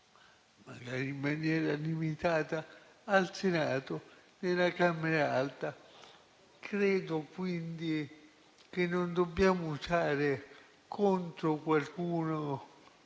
magari in maniera limitata, al Senato, nella Camera alta. Credo quindi che non dobbiamo usare contro qualcuno